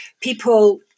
people